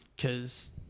Cause